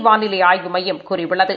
வானிலை ஆய்வு மையம் கூறியுள்ளது